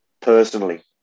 personally